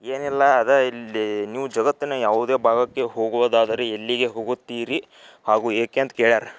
ಏನಿಲ್ಲ ಅದೇ ಇಲ್ಲಿ ನೀವು ಜಗತ್ತಿನ ಯಾವುದೇ ಭಾಗಕ್ಕೆ ಹೋಗುವುದಾದರೆ ಎಲ್ಲಿಗೆ ಹೋಗುತ್ತೀರಿ ಹಾಗೂ ಏಕೆ ಅಂತ ಕೇಳ್ಯಾರೆ